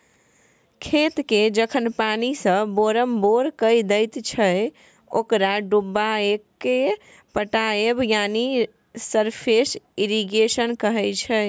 खेतकेँ जखन पानिसँ बोरमबोर कए दैत छै ओकरा डुबाएकेँ पटाएब यानी सरफेस इरिगेशन कहय छै